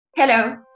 Hello